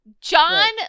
John